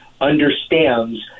understands